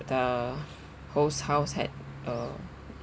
the host house had a